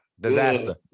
disaster